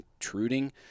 intruding